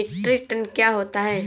Metric ton क्या होता है?